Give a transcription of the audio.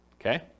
okay